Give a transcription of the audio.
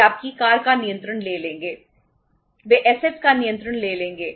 वे आपकी कार का नियंत्रण ले लेंगे